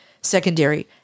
secondary